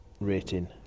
Rating